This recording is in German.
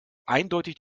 eindeutig